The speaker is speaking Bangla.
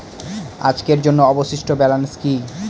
আজকের জন্য অবশিষ্ট ব্যালেন্স কি?